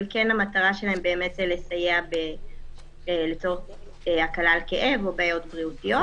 מטרתם היא כן לסייע בהקלת כאבים או בעיות בריאותיות.